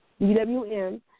UWM